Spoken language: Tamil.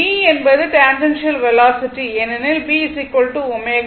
B என்பது டேன்ஜெண்ஷியல் வெலாசிட்டி ஏனெனில் B ω t ஆகும்